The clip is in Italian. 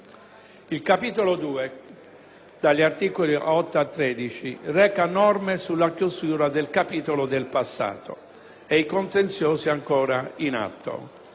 Il Capo II (articoli da 8 a 13) reca norme sulla chiusura del capitolo del passato e dei contenziosi ancora in atto.